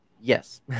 yes